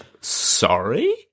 sorry